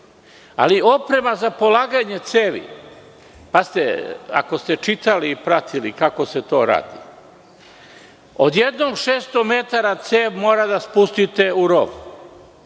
Oprema za polaganje cevi, ako ste čitali i pratili kako se to radi, odjednom 600 metara cevi mora da se spusti u rov